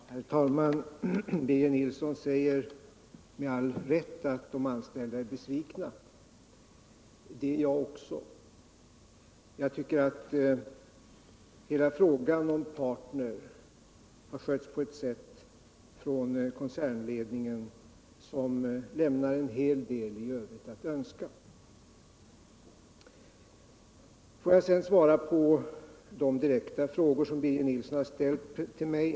Herr talman! Birger Nilsson nämnde med all rätt att de anställda är besvikna. Det är jag också. Jag tycker att hela frågan om Partner i Östersund av koncernledningen har skötts på ett sätt som lämnar en hel del övrigt att önska. Jag vill så svara på de direkta frågor som Birger Nilsson har ställt till mig.